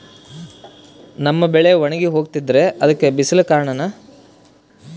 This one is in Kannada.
ನಮ್ಮ ಬೆಳೆ ಒಣಗಿ ಹೋಗ್ತಿದ್ರ ಅದ್ಕೆ ಬಿಸಿಲೆ ಕಾರಣನ?